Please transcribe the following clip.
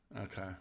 okay